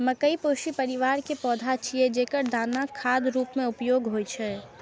मकइ पोएसी परिवार के पौधा छियै, जेकर दानाक खाद्य रूप मे उपयोग होइ छै